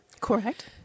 Correct